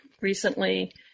recently